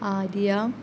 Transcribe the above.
आदियां